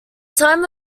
time